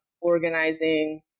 organizing